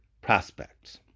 prospects